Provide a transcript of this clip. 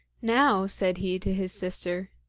now, said he to his sister,